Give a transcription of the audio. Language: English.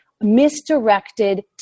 misdirected